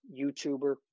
YouTuber